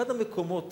אחד המקומות